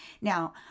Now